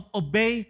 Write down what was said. obey